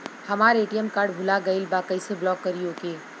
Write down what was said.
हमार ATM card भूला गईल बा कईसे ब्लॉक करी ओके?